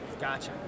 Gotcha